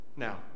Now